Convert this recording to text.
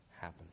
happen